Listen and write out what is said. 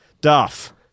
Duff